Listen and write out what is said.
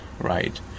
right